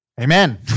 amen